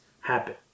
happen